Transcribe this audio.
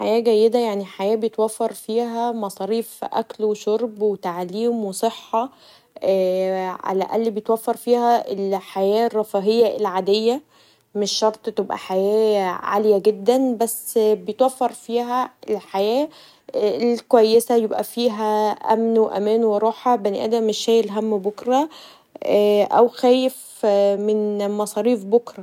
حياه جيده يعني حياه بيتوفر فيها مصاريف اكل و شرب و تعليم وصحه علي الاقل بيتوفر فيها الحياه الرفاهيه العاديه مش شرط تبقي حياه عاليه جدا بس بيتوفر فيها الحياه الكويسه يبقي فيها امن و امان وراحه ، بني ادم مش شايل هم بكره او خايف من مصاريف بكرا.